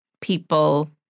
people